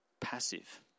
passive